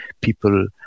people